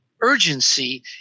urgency